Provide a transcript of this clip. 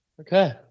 Okay